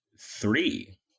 Three